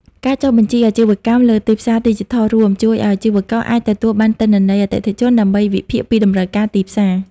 ការចុះបញ្ជីអាជីវកម្មលើទីផ្សារឌីជីថលរួម ជួយឱ្យអាជីវករអាចទទួលបានទិន្នន័យអតិថិជន ដើម្បីវិភាគពីតម្រូវការទីផ្សារ។